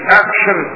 action